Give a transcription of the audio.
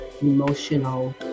emotional